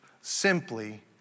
simply